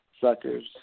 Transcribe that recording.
suckers